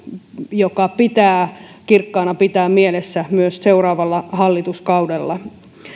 joka pitää kirkkaana pitää mielessä myös seuraavalla hallituskaudella